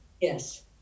yes